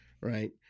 right